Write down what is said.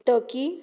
turkey